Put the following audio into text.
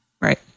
Right